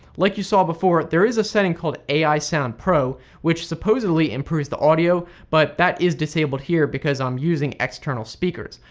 like you saw before, there is a setting called ai sound pro which supposedly improves the audio, but that is disabled here because i am using external speakers.